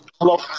Hello